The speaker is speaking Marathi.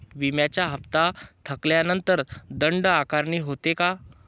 विम्याचा हफ्ता थकल्यानंतर दंड आकारणी होते का?